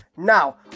Now